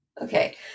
Okay